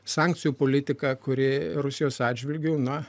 sankcijų politiką kuri rusijos atžvilgiu na